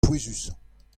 pouezusañ